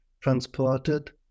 transported